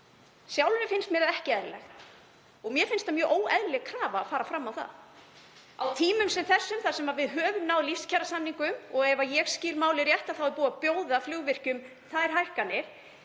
Sjálfri finnst mér það ekki eðlilegt og mér finnst það mjög óeðlileg krafa að fara fram á það á tímum sem þessum þar sem við höfum náð lífskjarasamningum, og ef ég skil málið rétt er búið að bjóða flugvirkjum þær hækkanir,